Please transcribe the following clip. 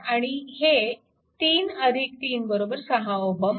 आणि हे 3 36 Ω